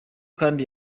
kandi